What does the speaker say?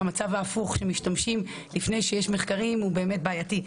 והמצב ההפוך לפני שיש מחקרים הוא באמת בעייתי.